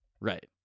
Right